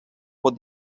pot